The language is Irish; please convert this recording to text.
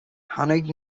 tháinig